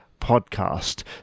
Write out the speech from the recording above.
podcast